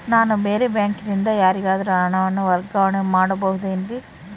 ನಾನು ಬೇರೆ ಬ್ಯಾಂಕಿನಿಂದ ಯಾರಿಗಾದರೂ ಹಣವನ್ನು ವರ್ಗಾವಣೆ ಮಾಡಬಹುದೇನ್ರಿ?